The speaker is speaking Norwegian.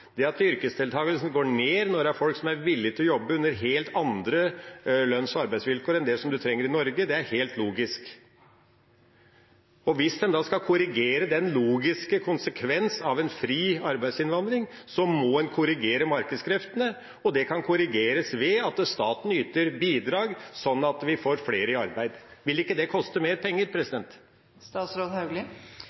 At yrkesdeltakelsen går ned når det er folk som er villige til å jobbe under helt andre lønns- og arbeidsvilkår enn det som en trenger i Norge, er helt logisk. Hvis en da skal korrigere den logiske konsekvens av en fri arbeidsinnvandring, må en korrigere markedskreftene, og det kan korrigeres ved at staten yter bidrag, sånn at vi får flere i arbeid. Vil ikke det koste mer penger?